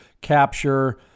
capture